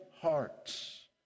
hearts